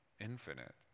infinite